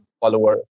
follower